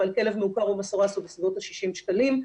אבל כלב מעוקר או מסורס הוא בסביבות ה-60 שקלים,